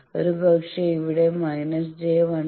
ഒരുപക്ഷേ ഇവിടെ − j 1